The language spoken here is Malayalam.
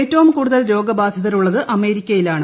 ഏറ്റവും കൂടുതൽ രോഗബാധിതരുള്ളത് അമേരിക്കയിലാണ്